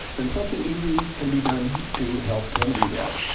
and something easily can be done to help remedy that.